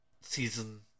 Season